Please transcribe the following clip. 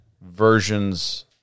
versions